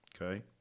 okay